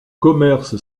commerce